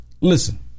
Listen